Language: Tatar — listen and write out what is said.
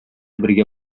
бергә